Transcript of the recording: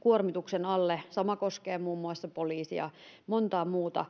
kuormituksen alle sama koskee muun muassa poliisia ja montaa muuta